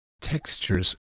textures